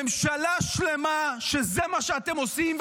ממשלה שלמה שזה מה שאתם עושים,